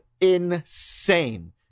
insane